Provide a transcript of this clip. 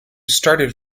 started